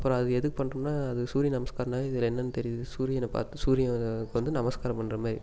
அப்புறோம் அது எதுக்கு பண்ணுறோம்னா அது சூரியன் நமஸ்காராம்னாவே இதில் என்னென்னு தெரியுது சூரியனை பார்த்து சூரியனுக்கு வந்து நமஸ்காரம் பண்ணுற மாதிரி